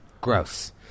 Gross